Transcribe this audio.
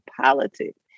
politics